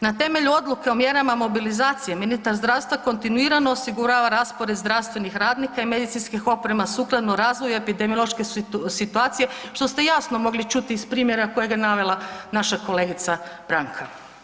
Na temelju odluke o mjerama mobilizacije ministar zdravstva kontinuirano osigurava raspored zdravstvenih radnika i medicinskih oprema sukladno razvoju epidemiološke situacije što ste jasno mogli čuti iz primjera kojega je navela naša kolegica Branka.